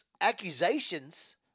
accusations